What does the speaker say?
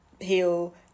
heal